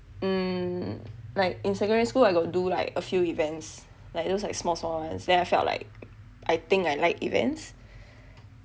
mm like in secondary school I got do like a few events like those like small small ones then I felt like I think I like events